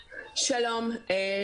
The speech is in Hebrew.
בבקשה.